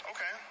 Okay